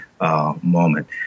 Moment